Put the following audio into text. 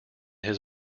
his